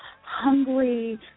hungry